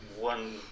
one